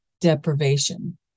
deprivation